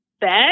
bed